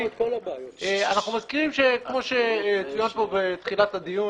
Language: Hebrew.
אנחנו מזכירים, כפי שצוין פה בתחילת הדיון,